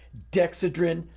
dexedrine,